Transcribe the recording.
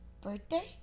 birthday